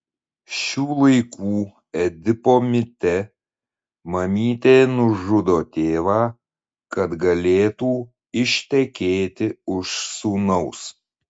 šių laikų edipo mite mamytė nužudo tėvą kad galėtų ištekėti už sūnaus